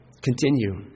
continue